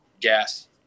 gas